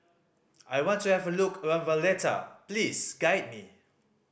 I want to have a look around Valletta please guide me